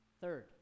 Third